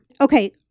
Okay